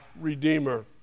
Redeemer